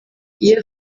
iyo